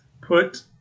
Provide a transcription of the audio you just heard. put